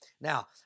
Now